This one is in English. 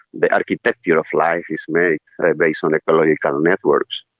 the architecture of life is made based on ecological networks.